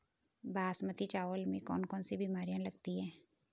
बासमती चावल में कौन कौन सी बीमारियां लगती हैं?